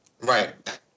Right